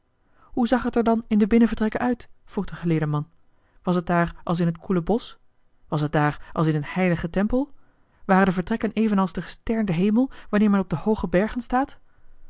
hoe zag het er dan in de binnenvertrekken uit vroeg de geleerde man was het daar als in het koele bosch was het daar als in een heiligen tempel waren de vertrekken evenals de gesternde hemel wanneer men op de hooge bergen staat